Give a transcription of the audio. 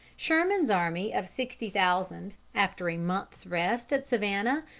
sherman's army of sixty thousand, after a month's rest at savannah,